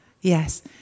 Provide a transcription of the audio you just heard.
Yes